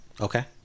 Okay